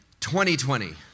2020